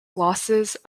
glosses